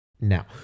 now